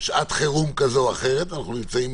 שעת חירום כזאת או אחרת אנחנו נמצאים